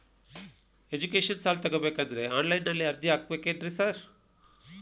Education ಸಾಲ ತಗಬೇಕಂದ್ರೆ online ನಲ್ಲಿ ಅರ್ಜಿ ಹಾಕ್ಬೇಕೇನ್ರಿ ಸಾರ್?